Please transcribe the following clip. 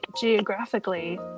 geographically